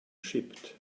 shipped